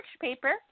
paper